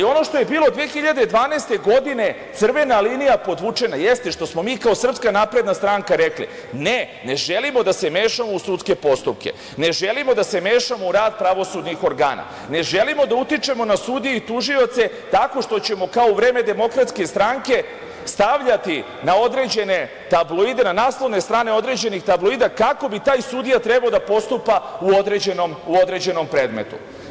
Ono što je bilo 2012. godine, crvena linija podvučena, jeste što smo mi kao SNS rekli – ne, ne želimo da se mešamo u sudske postupke, ne želimo da se mešamo u rad pravosudnih organa, ne želimo da utičemo na sudije i tužioce tako što ćemo kao u vreme DS stavljati na naslove strane određenih tabloida, kako bi taj sudija trebao da postupa u određenom predmetu.